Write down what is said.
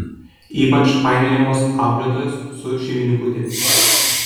ypač painiojamos auklėtojos su šeimininkutėmis